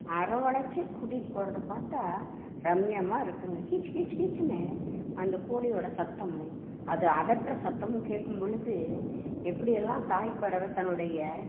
அரவணைச்சு கூட்டிகிட்டு போகறத பார்த்தா ரம்மியமான இருக்குங்க கீச் கீச் கீச்ன்னு அந்த கோழியோட சத்தமும் அது அதட்டுர சத்தமும் கேட்கும் பொழுது எப்படியெல்லாம் தாய்ப்பறவை தன்னுடைய